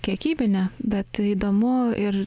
kiekybinė bet įdomu ir